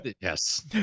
Yes